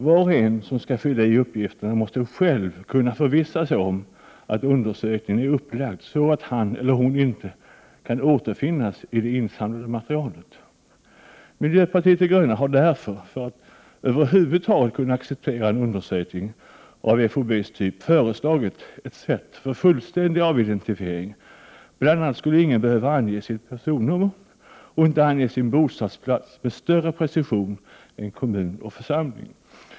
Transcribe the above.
Var och en som skall fylla i uppgifter måste själv kunna förvissa sig om att undersökningen är upplagd så att han eller hon inte kan återfinnas i det insamlade materialet. Miljöpartiet de gröna har därför, för att över huvud taget kunna acceptera en undersökning av FoB:s typ, föreslagit ett sätt för fullständig avidentifiering. Bl.a. skulle ingen behöva ange sitt personnummer och inte ange sin bostadsplats med större precision än kommun och församling.